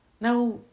Now